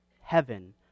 heaven